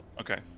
Okay